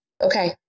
Okay